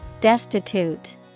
Destitute